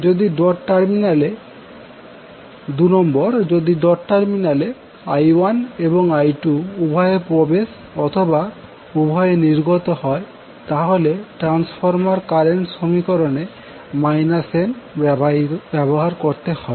যদি dot terminal এ I1 এবং I2উভয়ে প্রবেশ অথবা উভয়ে নির্গত হয় তাহলে ট্রান্সফরমার কারেন্ট সমীকরণে n ব্যবহার করতে হবে